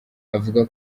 avuga